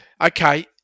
okay